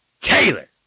Taylor